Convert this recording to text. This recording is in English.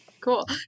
Cool